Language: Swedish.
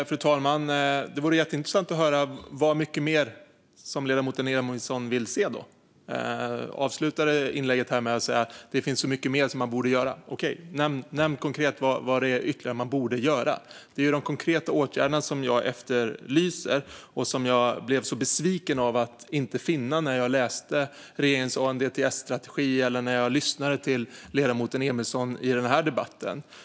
Fru talman! Det vore jätteintressant att höra vad för mycket mer som ledamoten Emilsson vill se. Hon avslutade inlägget med att säga att det finns så mycket mer som man borde göra. Okej, nämn då konkret vad man borde göra ytterligare! Det är de konkreta åtgärderna som jag efterlyser och som jag blev så besviken av att inte finna när jag läste regeringens ANDTS-strategi och när jag lyssnade till ledamoten Emilsson i den här debatten.